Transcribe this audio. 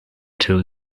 two